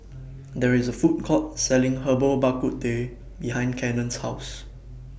There IS A Food Court Selling Herbal Bak Ku Teh behind Cannon's House